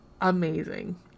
amazing